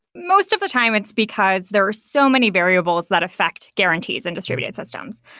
most of the time it's because there're so many variables that affect guaranties in distributed systems.